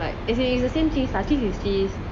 as in it's the same cheese lah cheese is cheese